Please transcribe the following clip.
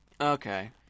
Okay